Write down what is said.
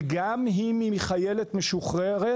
וגם אם היא חיילת משוחררת,